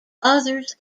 others